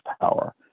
power